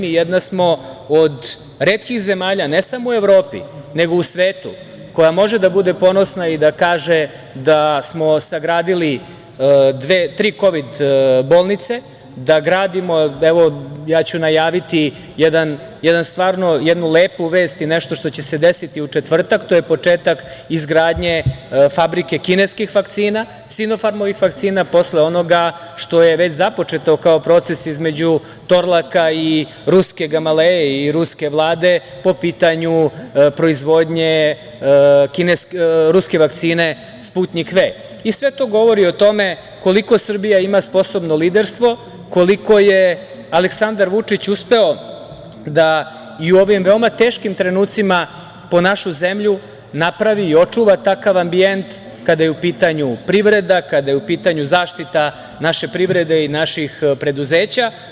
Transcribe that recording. Jedna smo od retkih zemalja, ne samo u Evropi, nego u svetu, koja može da bude ponosna i da kaže da smo sagradili tri kovid bolnice, da gradimo, najaviću jednu lepu vest i nešto što će se desiti u četvrtak, a to je početak izgradnje fabrike kineskih vakcina, Sinofarmovih vakcina, posle onoga što je već započeto kao proces između Torlaka i ruske Gamaleje i ruske Vlade, po pitanju proizvodnje ruske vakcine Sputnjik V. Sve to govori o tome koliko Srbija ima sposobno liderstvo, koliko je Aleksandar Vučić uspeo da u ovim veoma teškim trenucima po našu zemlju napravi i očuva takav ambijent, kada je u pitanju privreda, kada je u pitanju zaštita naše privrede i naših preduzeća.